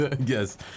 yes